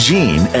Jean